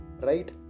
Right